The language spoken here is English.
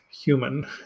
human